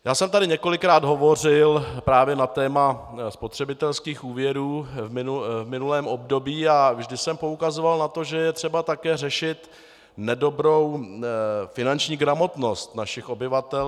Já jsem tady několikrát hovořil právě na téma spotřebitelských úvěrů v minulém období a vždy jsem poukazoval na to, že je třeba také řešit nedobrou finanční gramotnost našich obyvatel.